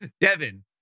Devin